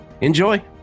Enjoy